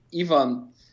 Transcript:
Ivan